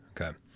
Okay